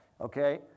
Okay